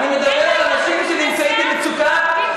אני מדבר על אנשים שנמצאים במצוקה,